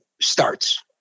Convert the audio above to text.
starts